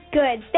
good